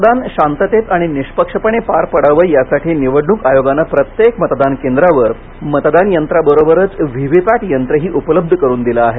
मतदान शांततेत आणि निष्पक्षपणे पार पडावं यासाठी निवडणूक आयोगानं प्रत्येक मतदान केंद्रांवर मतदान यंत्रांबरोबरच व्ही व्ही पॅट यंत्रही उपलब्ध करून देण्यात आले आहेत